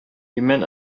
имән